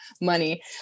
money